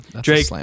Drake